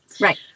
Right